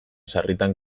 sarritan